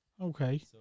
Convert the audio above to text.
Okay